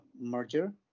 merger